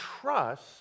trust